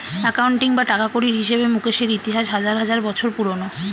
accounting বা টাকাকড়ির হিসেবে মুকেশের ইতিহাস হাজার হাজার বছর পুরোনো